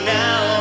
now